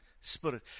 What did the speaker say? spirit